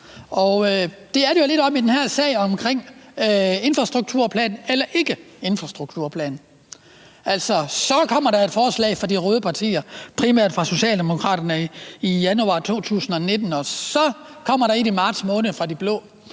Sådan er det jo lidt i den her sag om en infrastrukturplan eller ikke en infrastrukturplan. Altså, der kom et forslag fra de røde partier, primært fra Socialdemokraterne, i januar 2019, og så kom der et i marts måned fra de blå